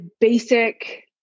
basic